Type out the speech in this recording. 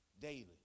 daily